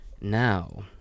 Now